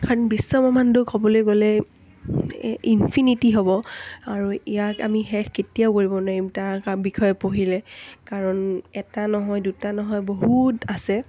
কাৰণ বিশ্বব্ৰক্ষ্মাণ্ড ক'বলৈ গ'লে ইনফিনিটি হ'ব আৰু ইয়াক আমি শেষ কেতিয়াও কৰিব নোৱাৰিম তাৰ বিষয়ে পঢ়িলে কাৰণ এটা নহয় দুটা নহয় বহুত আছে